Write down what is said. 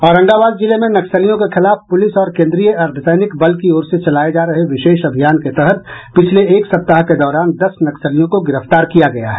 औरंगाबाद जिले में नक्सलियों के खिलाफ प्रलिस और केंद्रीय अर्धसैनिक बल की ओर से चलाए जा रहे विशेष अभियान के तहत पिछले एक सप्ताह के दौरान दस नक्सलियों को गिरफ्तार किया गया है